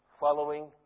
following